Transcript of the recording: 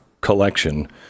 collection